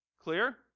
Clear